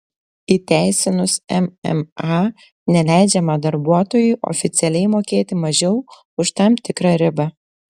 įteisinus mma neleidžiama darbuotojui oficialiai mokėti mažiau už tam tikrą ribą